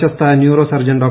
പ്രശസ്ത neuro surgeon ഡോ